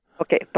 Okay